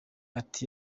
ati